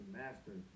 master